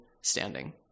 standing